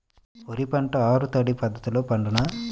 వరి పంట ఆరు తడి పద్ధతిలో పండునా?